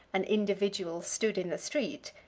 an individual stood in the street,